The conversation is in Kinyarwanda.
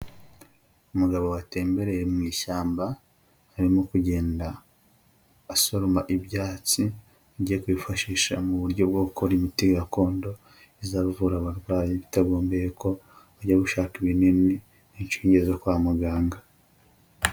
Umugabo watembereye mu ishyamba, arimo kugenda asoroma ibyatsi, agiye kwifashisha mu buryo bwo gukora imiti gakondo, izavura abarwayi bitagombeye ko bajya gushaka ibinini n'inshinge zo kwa muganga.